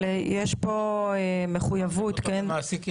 אבל יש פה מחויבות --- לא טוב למעסיק יחיד.